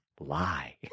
lie